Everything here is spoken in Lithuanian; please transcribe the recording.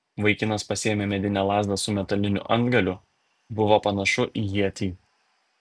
vaikinas pasiėmė medinę lazdą su metaliniu antgaliu buvo panašu į ietį